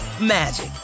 magic